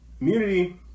immunity